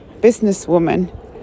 businesswoman